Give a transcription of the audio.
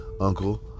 uncle